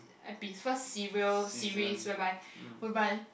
epi~ first serial series whereby whereby